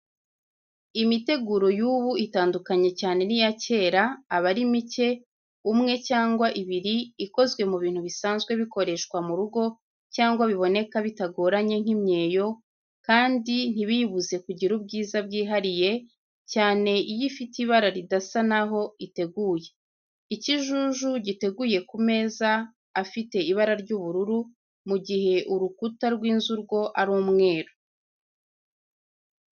Imiteguro y'ubu itandukanye cyane n'iya kera, aba ari mike, umwe cyangwa ibiri, ikozwe mu bintu bisanzwe bikoreshwa mu rugo cyangwa biboneka bitagoranye nk'imyeyo, kandi ntibiyibuze kugira ubwiza bwihariye, cyane iyo ifite ibara ridasa n'aho iteguye. Ikijuju giteguye ku meza afite ibara ry'ubururu, mu gihe urukuta rw'inzu rwo ari umweru.